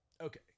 okay